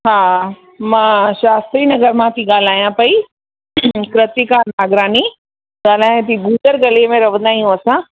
हा मां शास्त्रीनगर मां थी ॻाल्हायां पेई कृतिका नागरानी ॻाल्हायां थी गूटर गली में रहंदा आहियूं असां